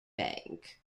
bank